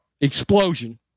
explosion